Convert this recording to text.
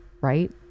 Right